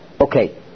Okay